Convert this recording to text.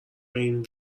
این